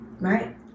Right